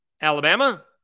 Alabama